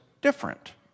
different